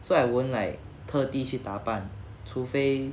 so I won't like 特地去打扮除非